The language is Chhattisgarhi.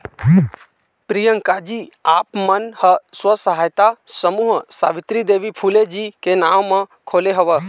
प्रियंकाजी आप मन ह स्व सहायता समूह सावित्री देवी फूले जी के नांव म खोले हव